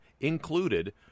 included